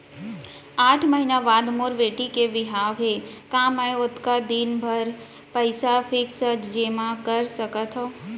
आठ महीना बाद मोर बेटी के बिहाव हे का मैं ओतका दिन भर पइसा फिक्स जेमा कर सकथव?